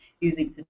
using